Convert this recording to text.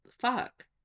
fuck